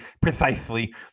precisely